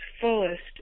fullest